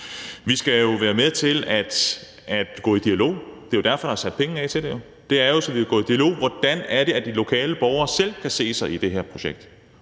Vi skal være med til at gå i dialog; det er jo derfor, der er sat penge af til det – det er jo, for at vi kan gå i dialog om, hvordan de lokale borgere kan se sig selv i det her projekt,